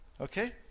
Okay